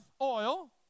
oil